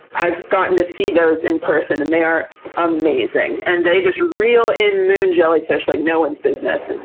i've gotten to see those in person and they are amazing. and they just reel in moon jellyfish like no one's business. and